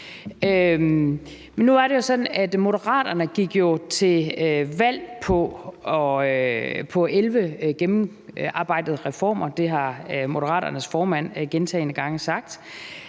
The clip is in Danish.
Moderaterne gik til valg på 11 gennemarbejdede reformer. Det har Moderaternes formand gentagne gange sagt.